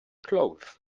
clothes